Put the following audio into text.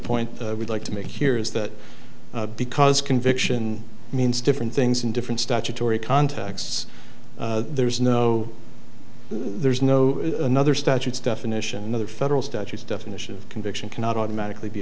that i would like to make here is that because conviction means different things in different statutory contexts there's no there's no another statutes definition another federal statutes definition of conviction cannot automatically be